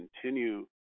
continue